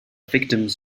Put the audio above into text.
victims